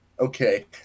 Okay